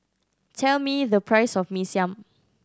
tell me the price of Mee Siam